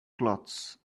cloths